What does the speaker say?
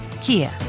Kia